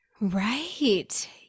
right